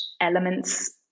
elements